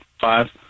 five